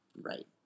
Right